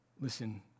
listen